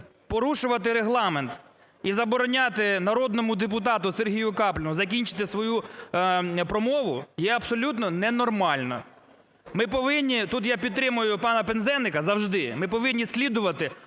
порушувати Регламент і забороняти народному депутату Сергію Капліну закінчити свою промову є абсолютно ненормально. Ми повинні, тут я підтримую пана Пинзеника завжди, ми повинні слідувати